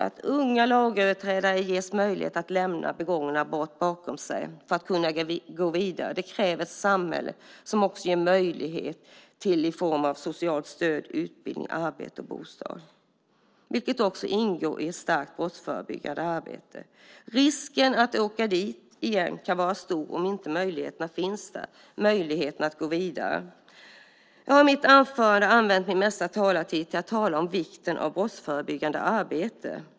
Att unga lagöverträdare ges möjlighet att lämna begångna brott bakom sig för att kunna gå vidare kräver ett samhälle som ger möjlighet till det i form av socialt stöd, utbildning, arbete och bostad. Det ingår också i ett starkt brottsförebyggande arbete. Risken att åka dit igen kan vara stor om inte möjligheterna att gå vidare finns. Jag har i mitt anförande använt det mesta av min talartid till att tala om vikten av brottsförebyggande arbete.